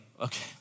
okay